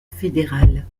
fédéral